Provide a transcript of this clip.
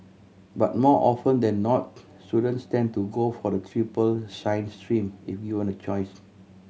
but more often than not students tend to go for the triple science stream if given a choice